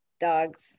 Dogs